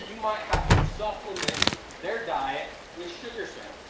you might have to supplement their diet with sugar syrup.